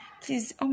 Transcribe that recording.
Please